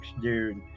dude